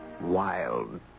wild